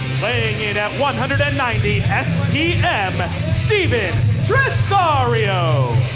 weighing in at one hundred and ninety spm, steven tresario.